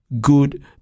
good